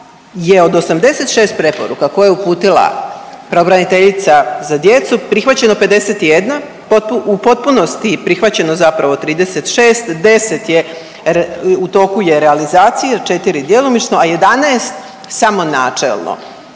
je od 86 preporuka koje je uputila pravobraniteljica za djecu prihvaćeno 51, u potpunosti je prihvaćeno zapravo 36, 10 je u toku je realizacije, 4 djelomično, a 11 samo načelno.